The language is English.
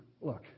look